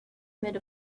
made